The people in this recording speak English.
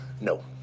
No